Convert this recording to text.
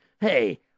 Hey